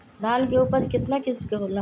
धान के उपज केतना किस्म के होला?